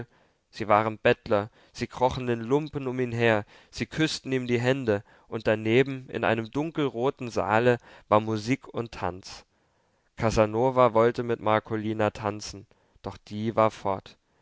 sie waren bettler sie krochen in lumpen um ihn her sie küßten ihm die hände und daneben in einem dunkelroten saale war musik und tanz casanova wollte mit marcolina tanzen doch die war fort